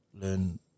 learn